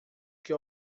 que